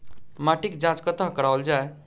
माटिक जाँच कतह कराओल जाए?